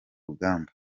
rugamba